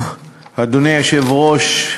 אדוני היושב-ראש,